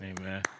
Amen